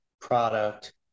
product